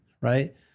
right